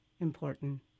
important